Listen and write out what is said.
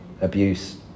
abuse